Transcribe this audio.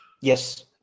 yes